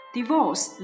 Divorce